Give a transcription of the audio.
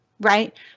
right